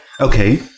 okay